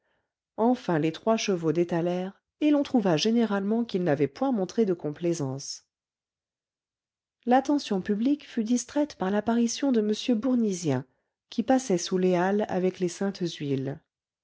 enfin les trois chevaux détalèrent et l'on trouva généralement qu'il n'avait point montré de complaisance l'attention publique fut distraite par l'apparition de m bournisien qui passait sous les halles avec les saintes huiles